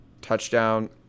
touchdown